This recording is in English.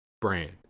brand